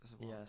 yes